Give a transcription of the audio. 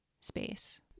space